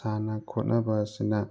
ꯁꯥꯟꯅ ꯈꯣꯠꯅꯕ ꯑꯁꯤꯅ